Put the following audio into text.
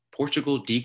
Portugal